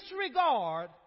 disregard